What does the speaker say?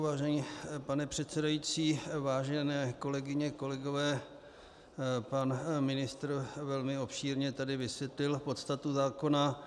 Vážený pane předsedající, vážené kolegyně, kolegové, pan ministr velmi obšírně tady vysvětlil podstatu zákona.